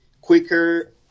quicker